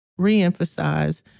reemphasize